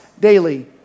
daily